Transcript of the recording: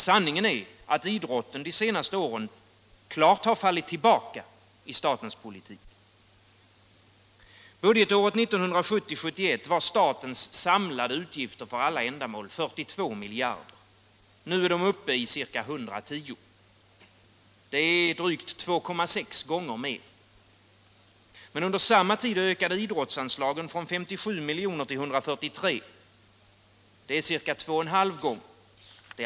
Sanningen är att idrotten de senaste åren klart har fallit tillbaka i statens politik. Budgetåret 1970/71 var statens samlade utgifter för alla ändamål 42 miljarder. Nu är de uppe i 110 miljarder. Det är drygt 2,6 gånger mer. Men under samma tid ökade idrottsanslagen från 57 miljoner till 143 miljoner. Det är ca 2,5 gånger mer.